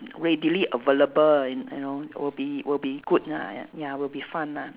readily available you n~ you know will be will good lah ya ya will be fun ah